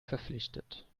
verpflichtet